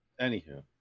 Anywho